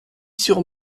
sur